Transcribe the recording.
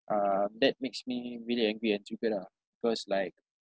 um that makes me really angry and triggered ah cause like